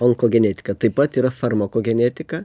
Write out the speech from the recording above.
onkogenetika taip pat yra farmakogenetika